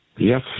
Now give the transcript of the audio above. Yes